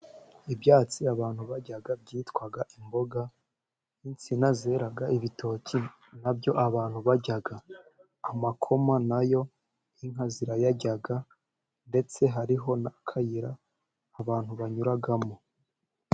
Ibyatsi abantu barya byitwa imboga, insina zera ibitoki na byo abantu barya, amakoma na yo inka zirayarya, ndetse hariho n'akayira abantu banyuramo.